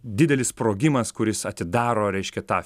didelis sprogimas kuris atidaro reiškia tą